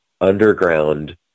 underground